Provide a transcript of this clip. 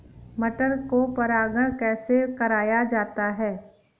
मटर को परागण कैसे कराया जाता है?